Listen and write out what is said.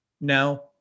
now